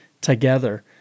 together